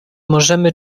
możemy